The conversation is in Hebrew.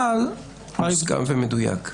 מוסכם ומדויק.